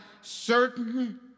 certain